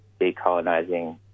decolonizing